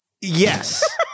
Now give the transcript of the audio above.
Yes